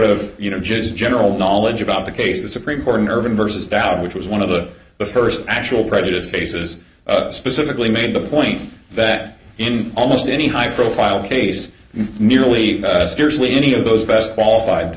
of you know just general knowledge about the case the supreme court in irving versus dowd which was one of the the st actual prejudiced cases specifically made the point that in almost any high profile case nearly scarcely any of those best qualified to